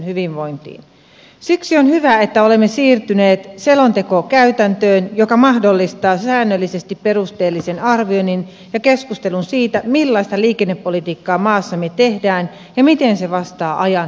siksi on hyvä että olemme siirtyneet selontekokäytäntöön joka mahdollistaa säännöllisesti perusteellisen arvioinnin ja keskustelun siitä millaista liikennepolitiikkaa maassamme tehdään ja miten se vastaa ajan haasteisiin